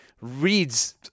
reads